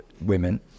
women